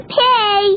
pay